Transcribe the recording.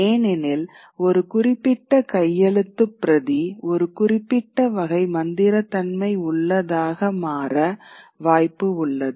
ஏனெனில் ஒரு குறிப்பிட்ட கையெழுத்துப் பிரதி ஒரு குறிப்பிட்ட வகை மந்திர தன்மை உள்ளதாக மாற வாய்ப்பு உள்ளது